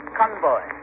convoy